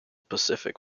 pacific